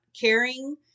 caring